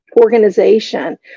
organization